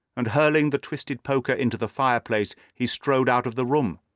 and hurling the twisted poker into the fireplace he strode out of the room.